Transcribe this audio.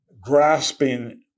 grasping